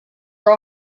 are